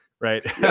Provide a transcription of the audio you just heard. Right